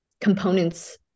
components